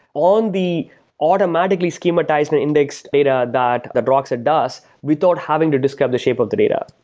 on the automatically schematized and indexed data that that rockset does without having to discover the shape of the data.